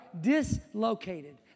dislocated